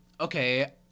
okay